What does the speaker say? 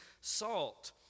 salt